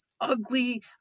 ugly